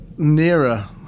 nearer